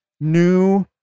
new